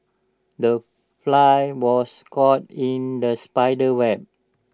the fly was caught in the spider's web